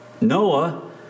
Noah